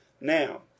now